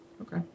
Okay